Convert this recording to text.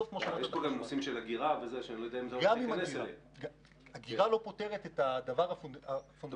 גם יש פה נושאים של אגירה --- אגירה לא פותרת את הבעיה היסודית